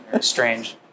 strange